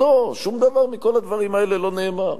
לא, שום דבר מכל הדברים האלה לא נאמר,